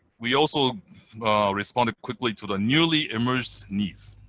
we also responded quickly to the newly emerged needs.